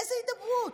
איזו הידברות,